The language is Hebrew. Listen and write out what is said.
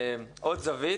עוד זווית.